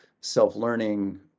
self-learning